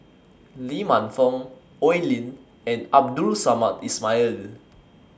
Lee Man Fong Oi Lin and Abdul Samad Ismail